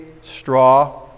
straw